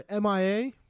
MIA